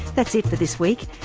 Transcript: that's it for this week.